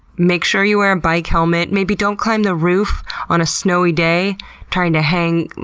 make sure you wear a bike helmet. maybe don't climb the roof on a snowy day trying to hang,